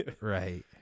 right